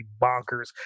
bonkers